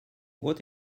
what